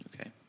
Okay